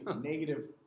negative